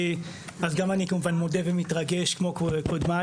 גם אני כמובן מודה ומתרגש כמו קודמיי,